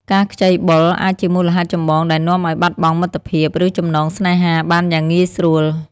ការខ្ចីបុលអាចជាមូលហេតុចម្បងដែលនាំឲ្យបាត់បង់មិត្តភាព ឬចំណងស្នេហាបានយ៉ាងងាយស្រួល។